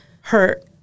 hurt